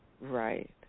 Right